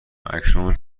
اکنون